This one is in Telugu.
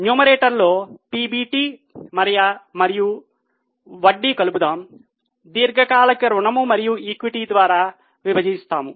న్యూమరేటర్లో పిబిటి మరల వడ్డీ కలుపుదాం దీర్ఘకాలిక రుణం మరియు ఈక్విటీ ద్వారా విభజించాము